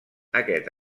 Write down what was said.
aquest